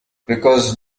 because